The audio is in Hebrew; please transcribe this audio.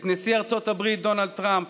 את נשיא ארצות הברית דונלד טראמפ,